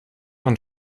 man